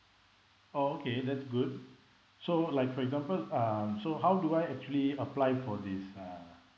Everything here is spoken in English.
oh okay that's good so like for example um so how do I actually apply for this uh